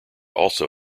also